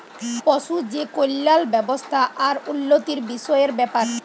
পশু যে কল্যাল ব্যাবস্থা আর উল্লতির বিষয়ের ব্যাপার